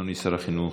אדוני שר החינוך,